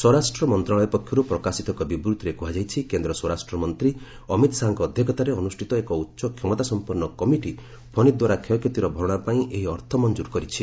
ସ୍ୱରାଷ୍ଟ୍ର ମନ୍ତ୍ରଣାଳୟ ପକ୍ଷରୁ ପ୍ରକାଶିତ ଏକ ବିବୃତ୍ତିରେ କୁହାଯାଇଛି କେନ୍ଦ୍ର ସ୍ୱରାଷ୍ଟ୍ରମନ୍ତ୍ରୀ ଅମିତ ଶାହାଙ୍କ ଅଧ୍ୟକ୍ଷତାରେ ଅନୁଷ୍ଠିତ ଏକ ଉଚ୍ଚକ୍ଷମତା ସଂପନ୍ନ କମିଟି ଫନି ଦ୍ୱାରା କ୍ଷୟକ୍ଷତିର ଭରଣା ପାଇଁ ଏହି ଅର୍ଥ ମଂଜୁର କରିଛି